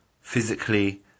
physically